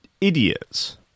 Idiots